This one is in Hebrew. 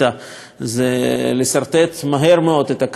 לסרטט מהר מאוד את הקווים האדומים,